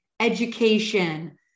education